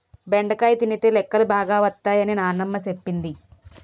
బెండకాయ తినితే లెక్కలు బాగా వత్తై అని నానమ్మ సెప్పింది